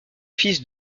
fils